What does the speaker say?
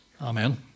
Amen